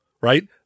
right